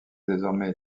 désormais